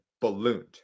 ballooned